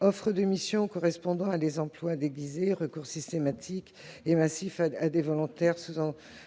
Offres de missions correspondant à des emplois déguisés, recours systématique et massif à des volontaires